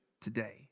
today